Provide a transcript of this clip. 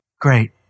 Great